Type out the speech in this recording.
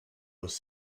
was